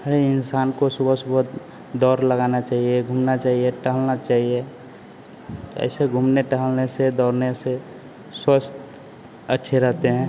हर इन्सान को सुबह सुबह दौड़ लगाना चाहिए घूमना चाहिए टहलना चाहिए ऐसे घूमने टहलने से दौड़ने से स्वस्थ अच्छे रहते हैं